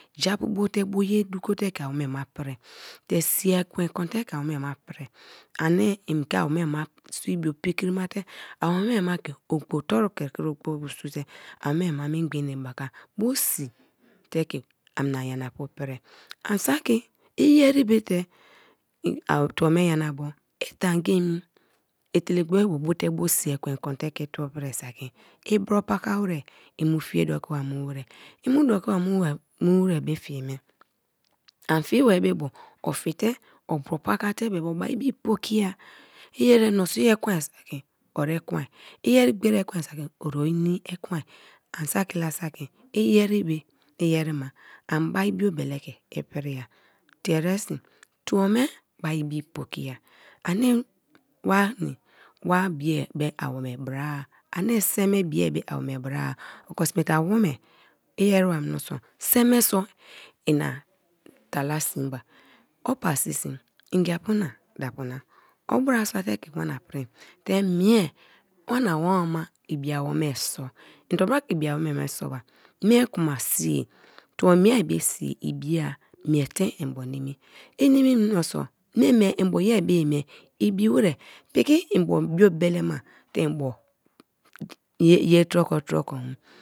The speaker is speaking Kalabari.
Japu bote bo ye duko ke awoma prii te sii ekwen konte ke awoma prii ani in ke awoma sibio paklemate awome make ogbo toru krikri ogbo bo sun te awome ma mingba ene bi ka bo sii ke amina nyana apu prii an saki iyeri bete tuo me nyanabo itanga emi etela ogbo bote bo sii ekwe konte ke ituo prii saki ibri paka warar imu fie dokima mu warar i mu doki mamu warar be fie me an fi mar be bo o fiete o bro paka te be be o parii bibipoki a iyeri meini i ekwen saki ore ekwen iyeri gberi ekweb be saki ori o ini ekwen an saki la saki iyeribe iyeriba an bari biobele ke i prriai tie eresi tuo me barrii bub pokin ani wani wa bii be awome bra a ani seme bii awome bra a oki sme te awome i ereba menisi semeso ina dala siiba opa sisingia apu na da apu na o bara suate ke wana pri te mie wani awoma ibi awome so, i ntoba ra keibia wome me soba? Mie kuma si-si tuo. Mie be sii ibia miete mbo nimi, inmi menso ma me mbo yeri bo ye me ibi wra piki mbo biobelemaite mbo ye troko troke mu.